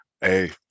hey